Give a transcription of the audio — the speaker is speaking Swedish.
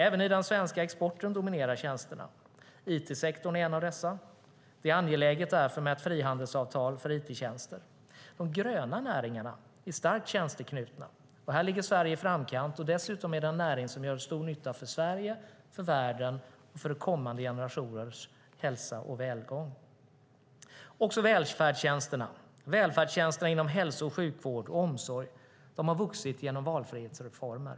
Även i den svenska exporten dominerar tjänsterna. It-sektorn är en av dessa. Det är därför angeläget med ett frihandelsavtal för it-tjänster. De gröna näringarna är starkt tjänsteanknutna. Här ligger Sverige i framkant. Dessutom är det en näring som gör stor nytta för Sverige, för världen och för kommande generationers hälsa och välgång. Det gäller också välfärdstjänsterna. Välfärdstjänsterna inom hälso och sjukvård samt omsorg har vuxit genom valfrihetsreformer.